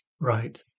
Right